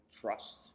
trust